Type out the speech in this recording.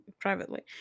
privately